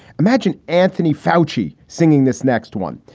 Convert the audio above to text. imagine anthony foushee singing this next one.